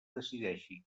decideixi